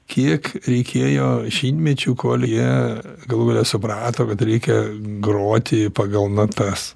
kiek reikėjo šimtmečių kol jie galų gale suprato kad reikia groti pagal natas